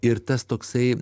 ir tas toksai